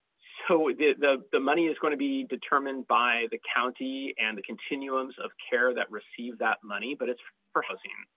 so the the money is going to be determined by the county and the continuums of care that receive that money but it's for housing.